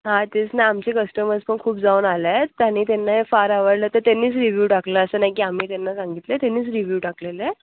हां तेच ना आमचे कस्टमर्स पण खूप जाऊन आले आहेत आणि त्यांना हे फार आवडलं तर त्यांनीच रिव्ह्यू टाकला असं नाही की आम्ही त्यांना सांगितलं आहे त्यांनींच रिव्ह्यू टाकलेला आहे